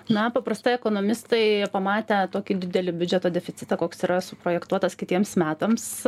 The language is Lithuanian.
na paprastai ekonomistai pamatę tokį didelį biudžeto deficitą koks yra suprojektuotas kitiems metams